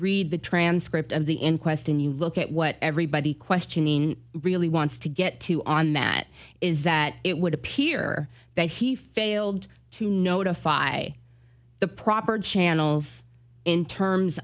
read the transcript of the inquest and you look at what everybody questioning really wants to get to on that is that it would appear that he failed to notify the proper channels in terms